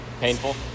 painful